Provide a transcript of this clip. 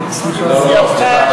סליחה,